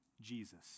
Jesus